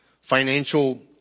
financial